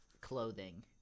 clothing